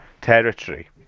territory